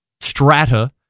strata